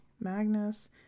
Magnus